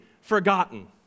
forgotten